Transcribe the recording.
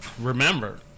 Remember